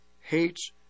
hates